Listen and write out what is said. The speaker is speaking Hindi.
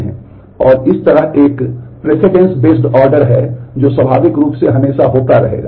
और इस तरह एक पूर्वता आधारित आदेश है जो स्वाभाविक रूप से हमेशा होता रहेगा